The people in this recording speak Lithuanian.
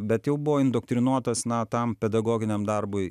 bet jau buvo indoktrinuotas na tam pedagoginiam darbui